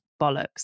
bollocks